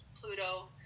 Pluto